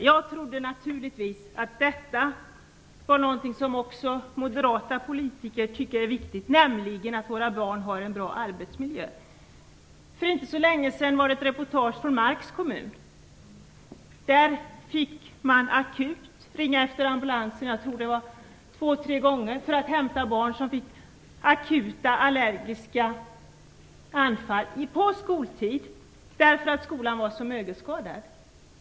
Jag trodde naturligtvis att detta var någonting som också moderata politiker tycker är viktigt, nämligen att våra barn har en bra arbetsmiljö. För inte så länge sedan gjordes det ett reportage från Marks kommun. Där måste man ringa efter ambulansen - jag tror att det var två eller tre gånger - för att hämta barn som fick akuta allergiska anfall på skoltid, därför att skolan var så mögelskadad.